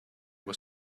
was